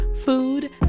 Food